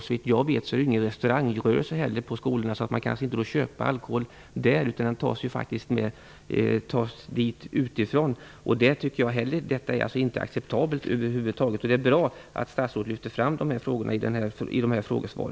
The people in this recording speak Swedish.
På skolorna bedrivs ingen restaurangrörelse, där man kan få köpa alkoholdrycker, utan dessa förs dit utifrån. Det är över huvud taget inte acceptabelt. Det är bra att statsrådet i sitt svar lyfter fram dessa frågor.